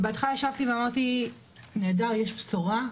בהתחלה ישבתי וחשבתי שזה נהדר שיש בשורה,